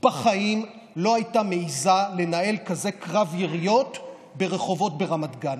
בחיים לא הייתה מעיזה לנהל כזה קרב יריות ברחובות ברמת גן.